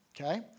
Okay